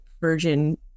version